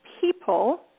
people